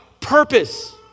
purpose